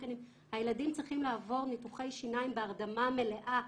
הילדים צריכים לעבור ניתוחי שיניים בהרדמה מלאה,